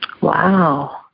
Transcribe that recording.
Wow